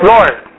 Lord